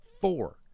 four